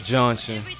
Johnson